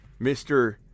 Mr